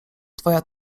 twoja